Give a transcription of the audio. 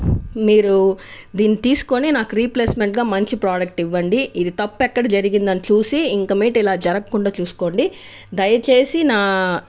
మీరు దీన్ని తీసుకోని నాకు రీప్లేస్మెంట్గా మంచి ప్రోడక్ట్ ఇవ్వండి ఇది తప్పు ఎక్కడ జరిగింది అని చూసి ఇక మీదట ఇలా జరగకుండా చూసుకోండి దయచేసి నా